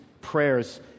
prayers